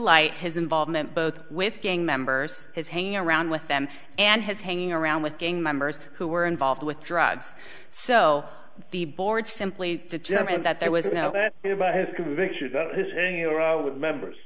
light his involvement both with gang members his hanging around with them and his hanging around with gang members who were involved with drugs so the board simply determined that there was no